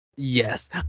yes